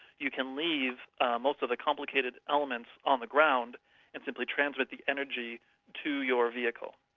you can leave most of the complicated elements on the ground and simply transfer the energy to your vehicle.